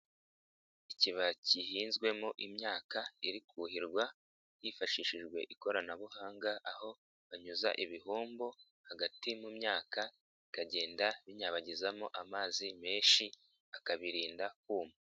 Ikibaya kihinzwemo imyaka iri kuhirwa hifashishijwe ikoranabuhanga aho banyuza ibihombo hagati mu myaka bikagenda binyabagizamo amazi menshi akabirinda kuma.